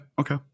okay